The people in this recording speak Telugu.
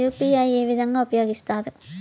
యు.పి.ఐ ఏ విధంగా ఉపయోగిస్తారు?